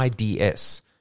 IDS